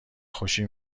خوشی